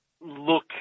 look